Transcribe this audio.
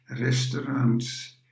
restaurants